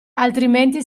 altrimenti